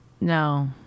No